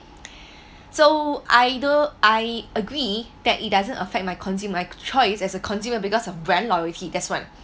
so either I agree that it doesn't affect my consumer choice as a consumer because of brand loyalty that's one